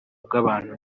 bw’abantu